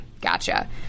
gotcha